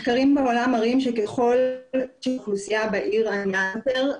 מחקרים בעולם מראים שככל שהאוכלוסייה בעיר ענייה יותר,